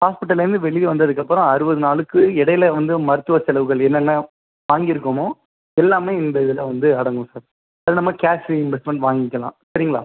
ஹாஸ்பிட்டலேருந்து வெளியே வந்ததுக்கப்புறம் அறுபது நாளுக்கு இடையில வந்து மருத்துவ செலவுகள் என்னென்ன வாங்கிருக்கோமோ எல்லாமே இந்த இதில் வந்து அடங்கும் சார் அது இல்லாமல் கேஷ் இன்வெஸ்ட்மெண்ட் வாங்கிக்கலாம் சரிங்களா